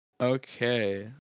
okay